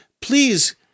please